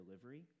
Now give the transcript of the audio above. delivery